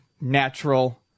natural